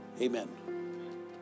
Amen